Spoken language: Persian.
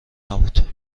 نبود